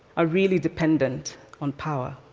are really dependent on power.